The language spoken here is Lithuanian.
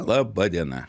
laba diena